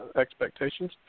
expectations